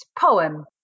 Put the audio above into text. poem